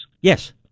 Yes